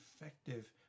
effective